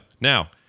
Now